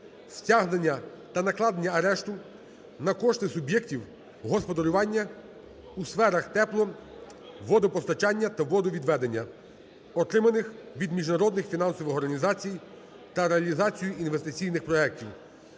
стягнення та накладення арешту на кошти суб'єктів господарювання у сферах тепло-, водопостачання та водовідведення, отриманих від міжнародних фінансових організацій на реалізацію інвестиційних проектів